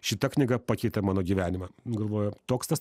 šita knyga pakeitė mano gyvenimą galvoju toks tas